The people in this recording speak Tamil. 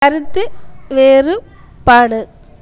கருத்து வேறுபாடு